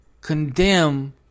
condemn